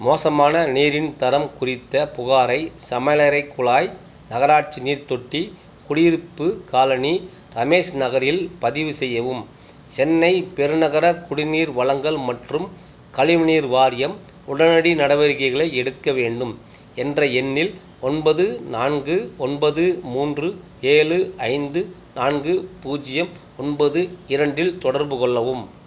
மோசமான நீரின் தரம் குறித்த புகாரை சமையலறைக் குழாய் நகராட்சி நீர்த்தொட்டி குடியிருப்பு காலனி ரமேஷ் நகரில் பதிவு செய்யவும் சென்னை பெருநகர குடிநீர் வழங்கல் மற்றும் கழிவுநீர் வாரியம் உடனடி நடவடிக்கைகளை எடுக்க வேண்டும் என்ற எண்ணில் ஒன்பது நான்கு ஒன்பது மூன்று ஏழு ஐந்து நான்கு பூஜ்ஜியம் ஒன்பது இரண்டில் தொடர்பு கொள்ளவும்